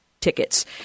tickets